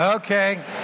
Okay